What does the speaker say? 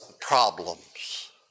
Problems